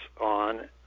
on